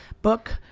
book,